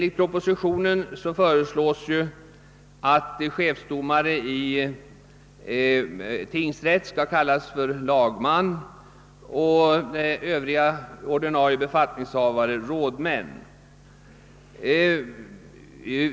I propositionen föreslås ju att chefsdomare i tingsrätt skall benämnas »lagman» och övriga ordinarie befattningshavare »rådmän».